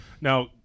Now